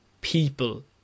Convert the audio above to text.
people